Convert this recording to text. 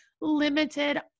limited